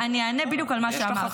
אני אענה בדיוק על מה שאמרת.